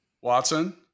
Watson